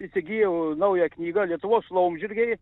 įsigijau naują knygą lietuvos laumžirgiai